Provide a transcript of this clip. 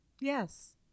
Yes